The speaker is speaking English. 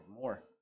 more